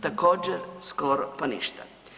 Također skoro pa ništa.